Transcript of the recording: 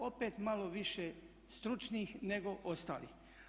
Opet malo više stručnih nego ostalih.